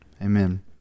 Amen